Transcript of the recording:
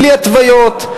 בלי התוויות,